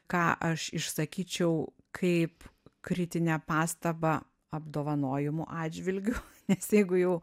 ką aš išsakyčiau kaip kritinę pastabą apdovanojimų atžvilgiu nes jeigu jau